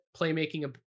playmaking